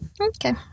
Okay